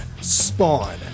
Spawn